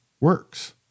works